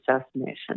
assassination